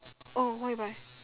oh what you buy